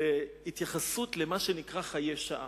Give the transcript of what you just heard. לטובת התייחסות למה שנקרא חיי שעה,